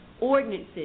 ordinances